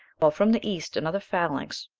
while from the east another phalanx,